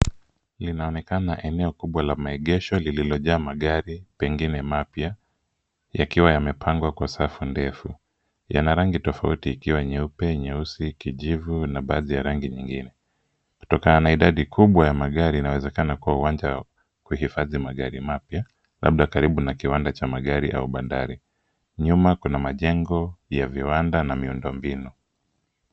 Linaonekana eneo kubwa la maegesho lililojaa magari pengine mapya yakiwa yamepangwa kwa safu ndefu. Yana rangi tofauti ikiwa nyeupe, nyeusi, kijivu na baadhi ya rangi nyingine. Kutokana na idadi kubwa ya magari inawezekana kuwa uwanja wa kuhifadhi magari mapya labda karibu na kiwanda cha magari au bandari .Nyuma kuna majengo ya viwanda na miundo mbinu.